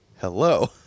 Hello